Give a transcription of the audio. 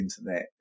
internet